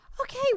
Okay